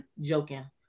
joking